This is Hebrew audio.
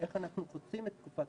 איך אנחנו חוצים את תקופת